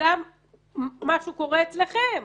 משהו גם קורה אצלכם.